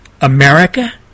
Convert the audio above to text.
America